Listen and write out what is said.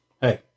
hey